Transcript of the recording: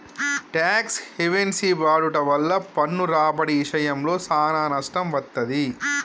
talks havens వాడుట వల్ల పన్ను రాబడి ఇశయంలో సానా నష్టం వత్తది